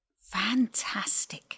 Fantastic